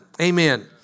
Amen